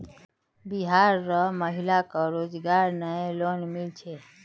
बिहार र महिला क रोजगार रऐ लोन मिल छे